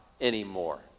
anymore